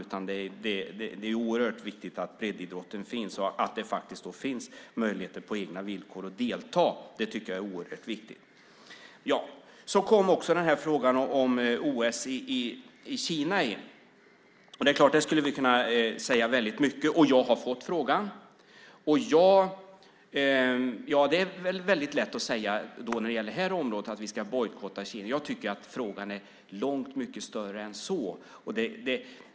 Så det är oerhört viktigt att breddidrotten finns och att det finns möjligheter att delta på egna villkor. Det tycker jag är oerhört viktigt. Så kom också den här frågan om OS i Kina. Det är klart att vi skulle kunna säga väldigt mycket om det. Jag har fått frågan. Det är väldigt lätt att säga, när det gäller det här området, att vi ska bojkotta Kina, men jag tycker att frågan är långt mycket större än så.